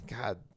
God